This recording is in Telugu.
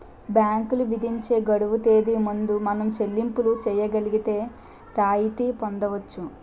బ్యాంకులు విధించే గడువు తేదీ ముందు మనం చెల్లింపులు చేయగలిగితే రాయితీ పొందవచ్చు